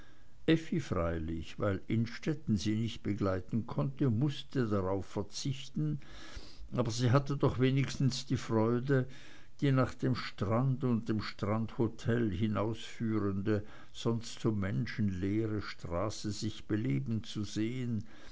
freilich weil innstetten sie nicht begleiten konnte mußte darauf verzichten aber sie hatte doch wenigstens die freude die nach dem strand und dem strandhotel hinausführende sonst so menschenleere straße sich beleben zu sehen